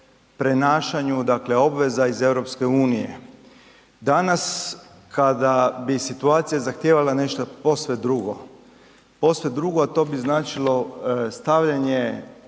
prenašanju dakle obveza iz EU. Danas kada bi situacija zahtijevala nešto posve drugo, posve drugo, a to bi značilo stavljanje